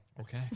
Okay